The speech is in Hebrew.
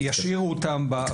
שישאירו אותם בעבודה.